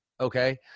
okay